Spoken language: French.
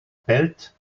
pelt